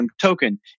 token